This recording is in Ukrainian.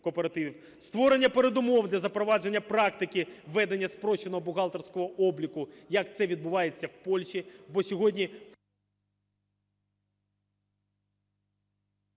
Створення передумов для запровадження практики ведення спрощеного бухгалтерського обліку, як це відбувається в Польщі,